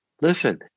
listen